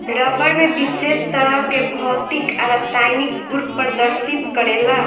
रबड़ में विशेष तरह के भौतिक आ रासायनिक गुड़ प्रदर्शित करेला